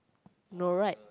no right